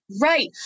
Right